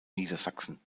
niedersachsen